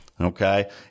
okay